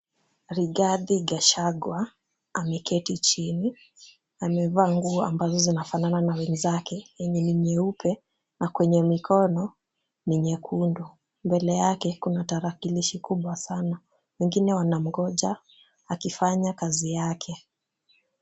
Rigathi Gachagua ameketi chini. Amevaa nguo ambazo zinafanana na wenzake yenye ni nyeupe na kwenye mikono ni nyekundu. Mbele yake kuna tarakilishi kubwa sana. Wengine wanamngoja akifanya kazi yake.